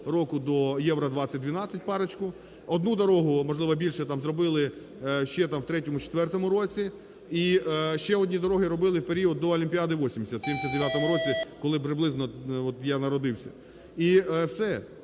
року, до Євро-2012 парочку. Одну дорогу, можливо, більше там зробили, ще там в 2003-2004 році, і ще одні дороги робили в період до Олімпіади-80 в 1979 році, коли приблизно от я народився, і все.